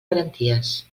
garanties